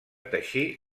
teixir